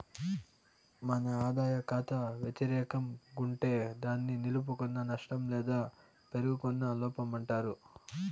మన ఆదాయ కాతా వెతిరేకం గుంటే దాన్ని నిలుపుకున్న నష్టం లేదా పేరుకున్న లోపమంటారు